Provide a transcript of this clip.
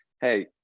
Hey